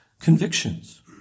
convictions